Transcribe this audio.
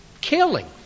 killing